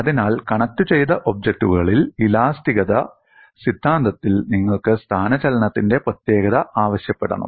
അതിനാൽ കണക്റ്റുചെയ്ത ഒബ്ജക്റ്റുകളിൽ ഇലാസ്തികത സിദ്ധാന്തത്തിൽ നിങ്ങൾ സ്ഥാനചലനത്തിന്റെ പ്രത്യേകത ആവശ്യപ്പെടണം